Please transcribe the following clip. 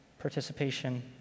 participation